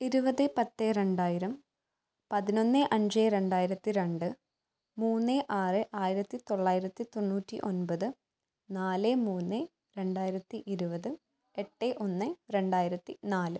ഇരുപത് പത്ത് രണ്ടായിരം പതിനൊന്ന് അഞ്ച് രണ്ടായിരത്തി രണ്ട് മൂന്ന് ആറ് ആയിരത്തി തൊള്ളായിരത്തി തൊണ്ണൂറ്റി ഒൻപത് നാല് മൂന്ന് രണ്ടായിരത്തി ഇരുപത് എട്ട് ഒന്ന് രണ്ടായിരത്തി നാല്